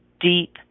deep